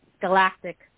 galactic